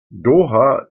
doha